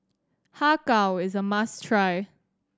Har Kow is a must try